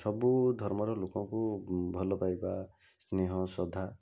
ସବୁଧର୍ମର ଲୋକଙ୍କୁ ଭଲପାଇବା ସ୍ନେହ ଶ୍ରଦ୍ଧା